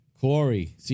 Corey